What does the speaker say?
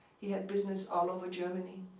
he had business all over germany.